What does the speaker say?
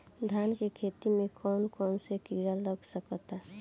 धान के खेती में कौन कौन से किड़ा लग सकता?